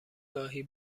گاهی